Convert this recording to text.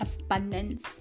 abundance